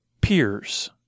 peers